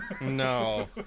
no